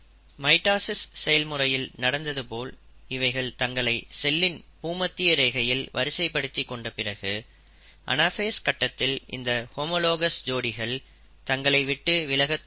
mitosis செயல்முறையில் நடப்பதுபோல் இவைகள் தங்களை செல்லின் பூமத்திய ரேகையில் வரிசைப்படுத்தி கொண்ட பிறகு அனாஃபேஸ் கட்டத்தில் இந்த ஹோமோலாகஸ் ஜோடிகள் தங்களை விட்டு விலகத் தொடங்கும்